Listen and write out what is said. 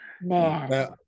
man